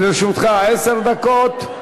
לרשותך עשר דקות.